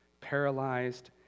paralyzed